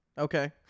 Okay